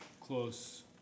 close